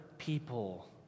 People